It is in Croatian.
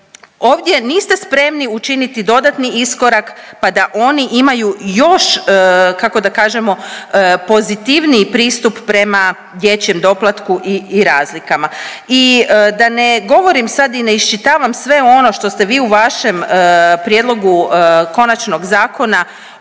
ovdje niste spremni učiniti dodatni iskorak pa da oni imaju još, kako da kažemo, pozitivniji pristup prema dječjem doplatku i razlikama i da ne govorim sad i ne iščitavam sve ono što ste vi u vašem prijedlogu konačnog zakona odbili,